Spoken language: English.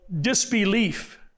disbelief